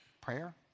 prayer